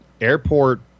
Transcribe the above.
airport